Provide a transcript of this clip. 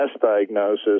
diagnosis